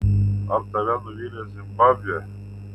ar tave nuvylė zimbabvė